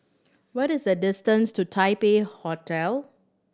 what is the distance to Taipei Hotel